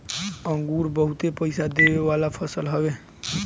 अंगूर बहुते पईसा देवे वाला फसल हवे